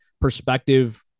perspective